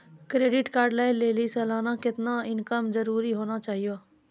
Credit card लय लेली सालाना कितना इनकम जरूरी होना चहियों?